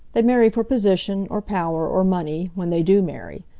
they marry for position, or power, or money, when they do marry.